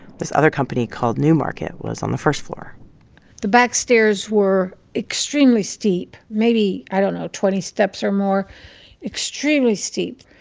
this other company called newmarket was on the first floor the back stairs were extremely steep, maybe i don't know twenty steps or more extremely steep.